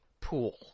pool